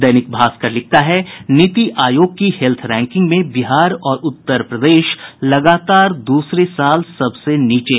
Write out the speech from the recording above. दैनिक भास्कर लिखता है नीति आयोग की हेत्थ रैंकिंग में बिहार और उत्तर प्रदेश लगातार दूसरे साल सबसे नीचे